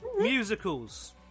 musicals